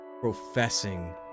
professing